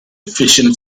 fishing